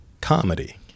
comedy